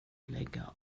lägga